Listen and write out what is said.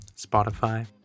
Spotify